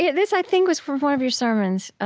yeah this, i think, was from one of your sermons.